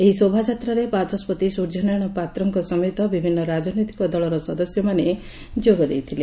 ଏହି ଶୋଭାଯାତ୍ରାରେ ବାଚସ୍ତି ସୂର୍ଯ୍ ନାରାୟଶ ପାତ୍ରଙ୍ ସମତ ବିଭିନ୍ନ ରାଜନିତିକ ଦଳର ସଦସ୍ୟମାନେ ଯୋଗଦେଇଥିଲେ